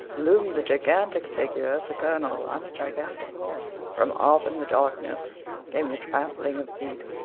loomed the gigantic figure of the colonel on a gigantic horse. from off in the darkness came the trampling of feet.